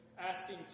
asking